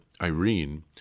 Irene